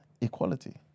Equality